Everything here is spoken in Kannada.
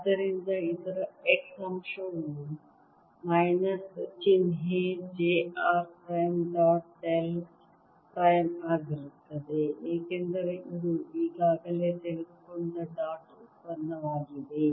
ಆದ್ದರಿಂದ ಇದರ x ಅಂಶವು ಮೈನಸ್ ಚಿಹ್ನೆ j r prime dot del prime ಆಗಿರುತ್ತದೆ ಏಕೆಂದರೆ ಇದು ಈಗಾಗಲೇ ತೆಗೆದುಕೊಂಡ ಡಾಟ್ ಉತ್ಪನ್ನವಾಗಿದೆ